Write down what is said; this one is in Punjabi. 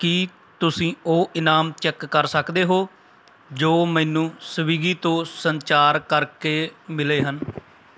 ਕੀ ਤੁਸੀਂਂ ਉਹ ਇਨਾਮ ਚੈੱਕ ਕਰ ਸਕਦੇ ਹੋ ਜੋ ਮੈਨੂੰ ਸਵਿਗੀ ਤੋਂ ਸੰਚਾਰ ਕਰ ਕੇ ਮਿਲੇ ਹਨ